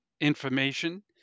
information